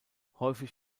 häufig